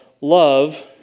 love